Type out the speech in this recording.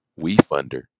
WeFunder